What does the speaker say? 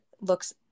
looks